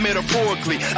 Metaphorically